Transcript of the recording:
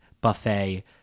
buffet